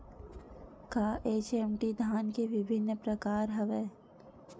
का एच.एम.टी धान के विभिन्र प्रकार हवय?